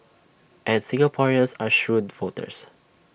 and Singaporeans are shrewd voters